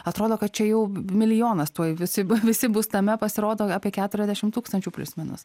atrodo kad čia jau milijonas tuoj visi visi bus tame pasirodo apie keturiadešim tūkstančių plius minus